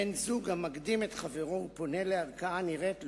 בן-זוג המקדים את חברו ופונה לערכאה הנראית לו,